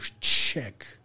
check